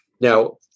Now